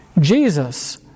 Jesus